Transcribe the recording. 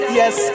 yes